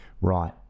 right